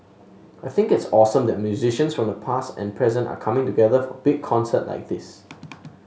I think it's awesome that musicians from the past and present are coming together for a big concert like this